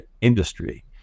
industry